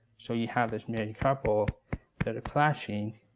so you have this married couple that are clashing,